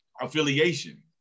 affiliation